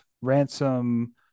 Ransom